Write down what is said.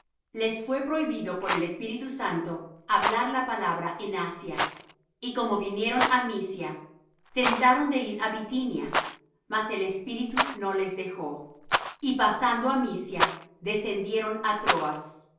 les fué prohibido por el espíritu santo hablar la palabra en asia y como vinieron á misia tentaron de ir á bithynia mas el espíritu no les dejó y pasando á misia descendieron á troas